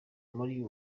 muri